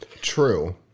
true